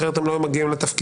אחרת הם לא היו מגיעים לתפקידם.